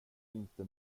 inte